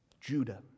Judah